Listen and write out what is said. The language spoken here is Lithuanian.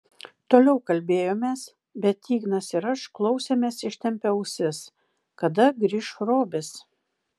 toliau kalbėjomės bet ignas ir aš klausėmės ištempę ausis kada grįš robis